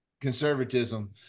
Conservatism